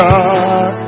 God